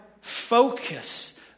focus